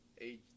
age